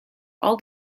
all